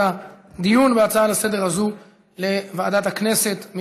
הדיון בהצעה הזאת לסדר-היום לוועדת הכנסת.